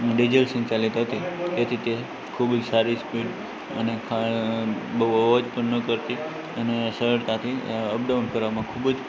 diesel સંચાલિત હતી તેથી તે ખૂબ સારી સ્પીડ અને બહુ અવાજ પણ ન કરતી અને સરળતાથી અ અપડાઉન કરવામાં ખૂબ જ